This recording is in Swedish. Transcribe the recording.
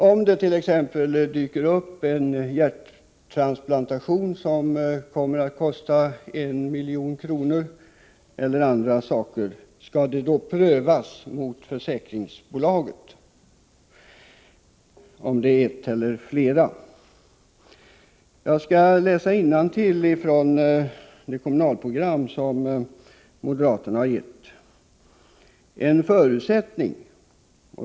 Om det t.ex. dyker upp ett fall där det krävs en hjärttransplantation eller något annat som kommer att kosta 1 milj.kr., skall det då prövas mot försäkringsbolaget eller bolagen, om det skulle vara flera? Jag skall läsa innantill från det kommunalprogram som moderaterna har gett ut.